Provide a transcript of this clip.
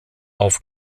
auf